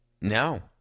No